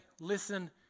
Listen